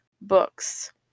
books